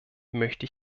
möchte